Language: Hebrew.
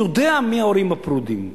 מי ההורים הפרודים.